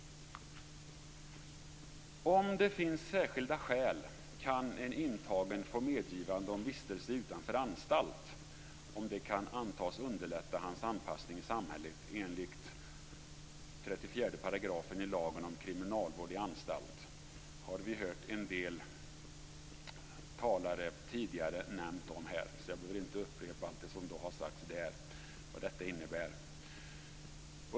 Om det finns särskilda skäl kan en intagen få medgivande om vistelse utanför anstalt om det kan antas underlätta hans anpassning i samhället enligt 34 § i lagen om kriminalvård i anstalt. Det har vi tidigare hört en del talare nämna, så jag behöver inte upprepa allt som har sagts om vad detta innebär.